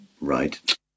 right